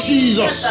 Jesus